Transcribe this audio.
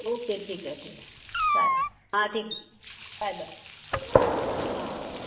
okay ठीक आहे ठीक आहे चालेल हां ठीक आहे बाय बाय